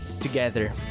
together